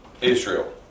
Israel